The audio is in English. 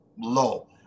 low